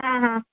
आं आं